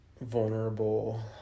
vulnerable